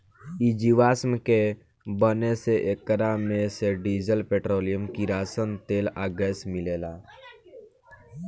इ जीवाश्म के बने से एकरा मे से डीजल, पेट्रोल, किरासन तेल आ गैस मिलेला